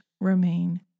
remain